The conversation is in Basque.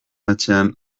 atzean